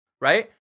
Right